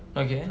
okay